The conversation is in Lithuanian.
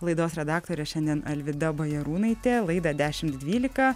laidos redaktore šiandien alvyda bajarūnaitė laidą dešimt dvylika